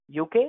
UK